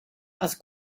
has